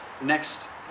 next